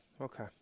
okay